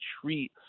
treat